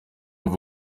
ava